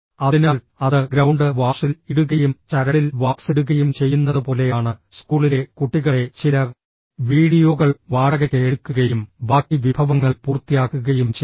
അതിനാൽ അത് ഗ്രൌണ്ട് വാഷിൽ ഇടുകയും ചരടിൽ വാക്സ് ഇടുകയും ചെയ്യുന്നതുപോലെയാണ് സ്കൂളിലെ കുട്ടികളെ ചില വീഡിയോകൾ വാടകയ്ക്ക് എടുക്കുകയും ബാക്കി വിഭവങ്ങൾ പൂർത്തിയാക്കുകയും ചെയ്യുക